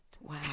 Wow